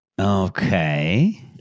Okay